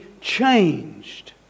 changed